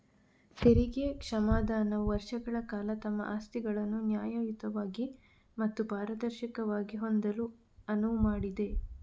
ತೆರಿಗೆ ಕ್ಷಮಾದಾನವು ವರ್ಷಗಳ ಕಾಲ ತಮ್ಮ ಆಸ್ತಿಗಳನ್ನು ನ್ಯಾಯಯುತವಾಗಿ ಮತ್ತು ಪಾರದರ್ಶಕವಾಗಿ ಹೊಂದಲು ಅನುವು ಮಾಡಿದೆ